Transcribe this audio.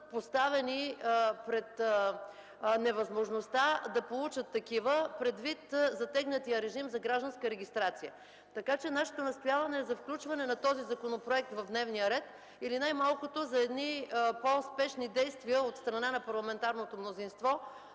поставени пред невъзможността да получат такива предвид затегнатия режим за гражданска регистрация. Нашето настояване е за включване на този законопроект в дневния ред или, най-малкото, за по-успешни действия от страна на парламентарното мнозинство.